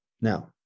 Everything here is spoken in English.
Now